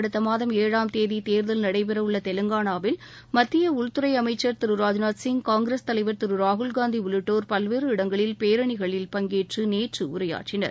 அடுத்த மாதம் ஏழாம் தேதி தேர்தல் நடைபெறவுள்ள தெலங்கானாவில் மத்திய உள்துறை அமைச்சர் திரு ராஜ்னாத் சிங் காங்கிரஸ் தலைவர் திரு ராகுல் காந்தி உள்ளிட்டோர் பல்வேறு இடங்களில் பேரணிகளில் பங்கேற்று நேற்று உரையாற்றினர்